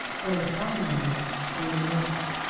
or a song number will live.